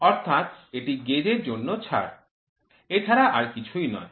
অর্থাৎ এটি গেজ এর জন্য ছাড় এছাড়া আর কিছুই নয়